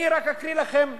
אני רק אקריא לכם דוגמאות.